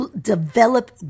develop